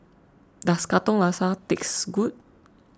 does Katong Laksa taste good